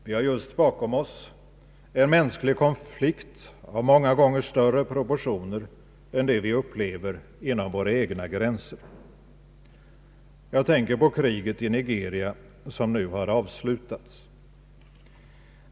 Vi har just bakom oss en mänsklig konflikt av många gånger större proportioner än den vi upplever inom våra egna gränser. Jag tänker på kriget i Nigeria som nu har avslutats.